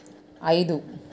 ఐదు